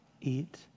eat